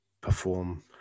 perform